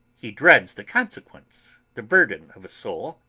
he dreads the consequence the burden of a soul.